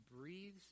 breathes